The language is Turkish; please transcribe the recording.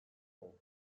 oldu